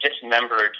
dismembered